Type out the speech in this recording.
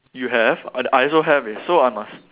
you have I I also have eh so I must